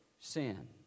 sin